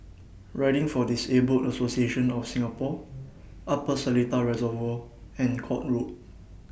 Riding For Disabled Association of Singapore Upper Seletar Reservoir and Court Road